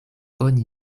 oni